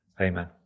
amen